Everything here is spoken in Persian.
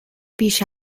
بیش